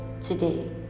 today